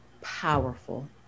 powerful